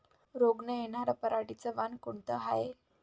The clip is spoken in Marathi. रोग न येनार पराटीचं वान कोनतं हाये?